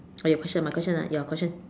or your question my question ah your question